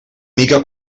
mica